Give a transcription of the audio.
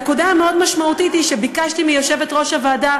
הנקודה המאוד-משמעותית היא שביקשתי מיושבת-ראש הוועדה